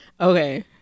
Okay